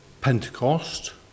Pentecost